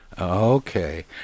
Okay